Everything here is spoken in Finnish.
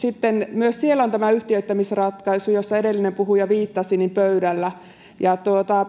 sitten myös siellä on tämä yhtiöittämisratkaisu johon edellinen puhuja viittasi pöydällä